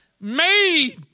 made